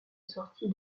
sortie